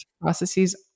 processes